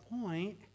point